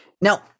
Now